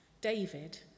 David